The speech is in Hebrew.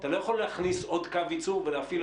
ואתה לא יכול להכניס עוד קו ייצור ולהפעילו